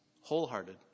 Wholehearted